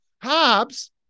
Hobbes